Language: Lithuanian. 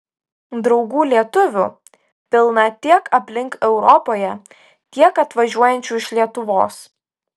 draugų lietuvių pilna tiek aplink europoje tiek atvažiuojančių iš lietuvos